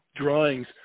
drawings